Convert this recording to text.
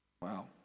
Wow